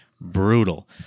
brutal